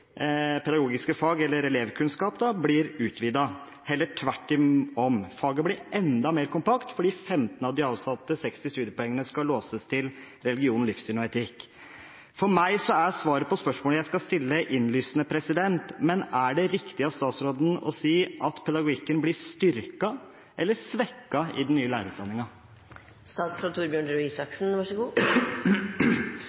pedagogiske fag eller elevkunnskap – blir utvidet, heller tvert om. Faget blir enda mer kompakt fordi 15 av de avsatte 60 studiepoengene skal låses til religion, livssyn og etikk. For meg er svaret på spørsmålet jeg skal stille, innlysende. Men er det riktig av statsråden å si at pedagogikken blir styrket eller svekket i den nye